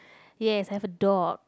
yes I've a dog